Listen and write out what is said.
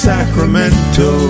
Sacramento